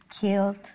killed